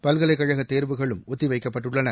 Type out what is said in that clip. பல்கலைக்கழக தேர்வுகளும் ஒத்தி வைக்கப்பட்டுள்ளன